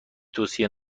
توصیه